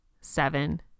seven